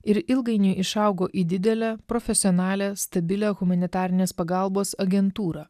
ir ilgainiui išaugo į didelę profesionalią stabilią humanitarinės pagalbos agentūrą